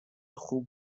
خوب